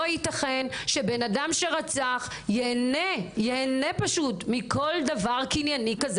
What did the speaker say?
לא יתכן שבן אדם שרצח יהנה פשוט מכל דבר קנייני כזה